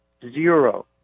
zero